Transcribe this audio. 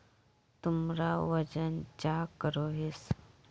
तुमरा वजन चाँ करोहिस?